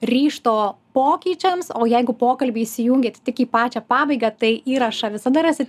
ryžto pokyčiams o jeigu pokalbį įsijungėt tik į pačią pabaigą tai įrašą visada rasite